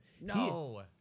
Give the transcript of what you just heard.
No